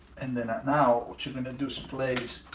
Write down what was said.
and then now what you're gonna do is place